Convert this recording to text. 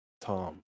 Tom